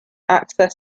access